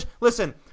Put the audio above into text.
listen